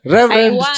Reverend